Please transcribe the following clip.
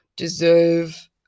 deserve